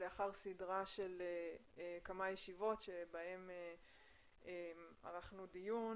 אנחנו לאחר סדרה של כמה ישיבות בהן קיימנו דיון